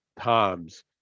times